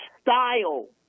style